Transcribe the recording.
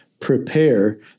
prepare